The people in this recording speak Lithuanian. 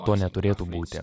to neturėtų būti